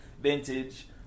vintage